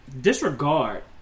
disregard